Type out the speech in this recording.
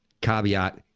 caveat